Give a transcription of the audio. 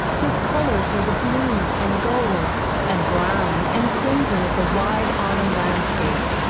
his colors were the blue and gold and brown and crimson of the wide autumn landscape,